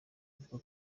avuga